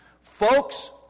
Folks